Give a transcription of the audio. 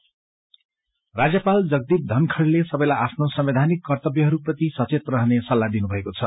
governor राज्यपाल जगदीप धनखडले सबैलाई आफ्नो संवैधानिक कर्त्तव्यहरूप्रति सचेत रहने सल्लाह दिनुभएको छ